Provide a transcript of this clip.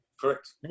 Correct